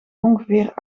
ongeveer